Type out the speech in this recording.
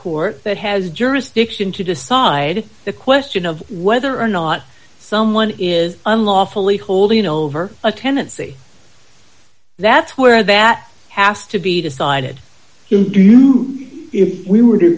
court that has jurisdiction to decide the question of whether or not someone is unlawfully holding over a tenancy that's where that has to be decided if we were to